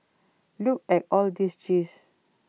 look at all these cheese